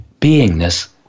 beingness